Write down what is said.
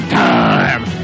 time